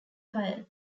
fire